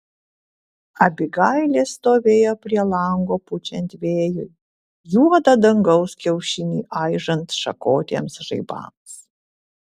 abigailė stovėjo prie lango pučiant vėjui juodą dangaus kiaušinį aižant šakotiems žaibams